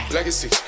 Legacy